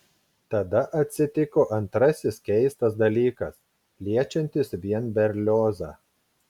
tada atsitiko antrasis keistas dalykas liečiantis vien berliozą